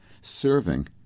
serving